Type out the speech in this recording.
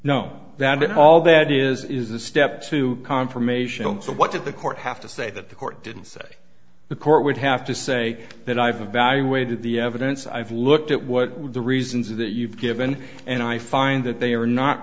at all that is a step to confirmation so what did the court have to say that the court didn't say the court would have to say that i've evaluated the evidence i've looked at what the reasons that you've given and i find that they are not